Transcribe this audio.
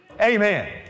Amen